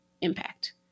impact